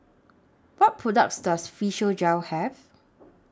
What products Does Physiogel Have